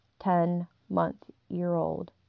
ten-month-year-old